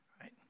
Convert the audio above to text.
right